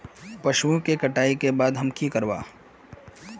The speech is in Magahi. पशुओं के कटाई के बाद हम की करवा?